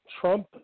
Trump